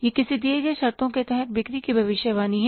यह किसी दिए गए शर्तों के तहत बिक्री की भविष्यवाणी है